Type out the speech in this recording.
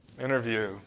Interview